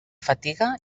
fatiga